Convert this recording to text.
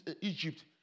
Egypt